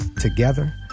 Together